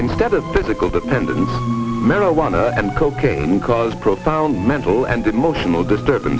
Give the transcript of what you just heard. instead of physical dependence marijuana and cocaine cause profound mental and emotional disturb